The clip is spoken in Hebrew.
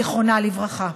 זיכרונה לברכה.